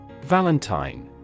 Valentine